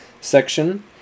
Section